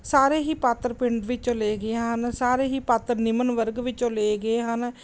ਸਾਰੇ ਹੀ ਪਾਤਰ ਪਿੰਡ ਵਿੱਚੋਂ ਲਏ ਗਏ ਹਨ ਸਾਰੇ ਹੀ ਪਾਤਰ ਨਿਮਨ ਵਰਗ ਵਿੱਚੋਂ ਲਏ ਗਏ ਹਨ